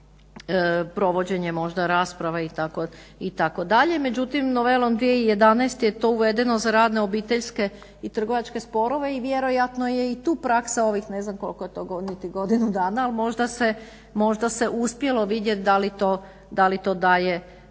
za provođenje možda rasprava itd., međutim novelom 2011. je to uvedeno za radne, obiteljske i trgovačke sporove i vjerojatno je i tu praksa ovih ne znam koliko je to, niti godinu dana ali možda se uspjelo vidjet da li to daje nekakvih